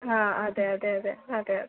ആ അതെ അതെ അതെ അതെ അതെ